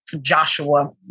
Joshua